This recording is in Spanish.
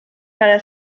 para